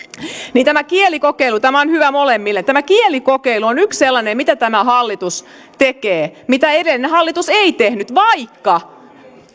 tämä kielikokeilu on hyvä molemmille tämä kielikokeilu on yksi sellainen mitä tämä hallitus tekee mitä edellinen hallitus ei tehnyt vaikka